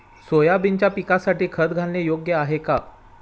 सोयाबीनच्या पिकासाठी खत घालणे योग्य आहे का?